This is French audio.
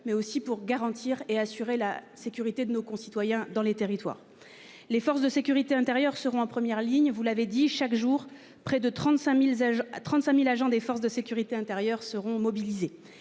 mais aussi pour garantir et assurer la sécurité de nos concitoyens dans les territoires. Les forces de sécurité intérieure seront en première ligne, vous l'avez dit, chaque jour près de 35.000 à 35.000 agents des forces de sécurité intérieure seront mobilisés.